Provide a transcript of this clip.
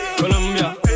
Colombia